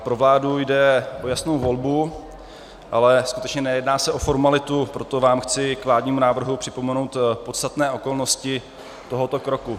Pro vládu jde o jasnou volbu, ale skutečně nejedná se o formalitu, proto vám chci k vládnímu návrhu připomenout podstatné okolnosti tohoto roku.